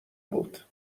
بود